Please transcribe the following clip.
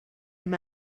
him